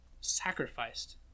sacrificed